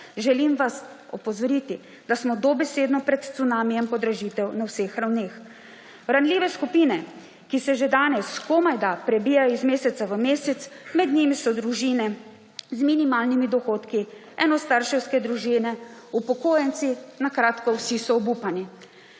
želim vas opozoriti, da smo dobesedno pred cunamijem podražitev na vseh ravneh. Ranljive skupine, ki se že danes komajda prebijajo iz meseca v mesec, med njimi so družine z minimalnimi dohodki, enostarševske družine, upokojenci, na kratko – vsi so obupani.